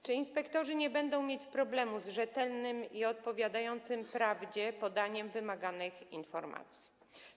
Czy inspektorzy nie będą mieć problemu z rzetelnym i odpowiadającym prawdzie podaniem wymaganych informacji?